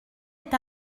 est